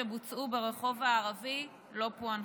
אחוז גבוה מאוד ממקרי הרצח שבוצעו ברחוב הערבי לא פוענחו.